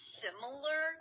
similar